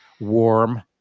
warm